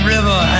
River